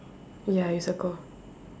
ya you circle